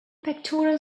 pectoral